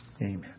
amen